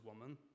woman